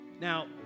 Now